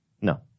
No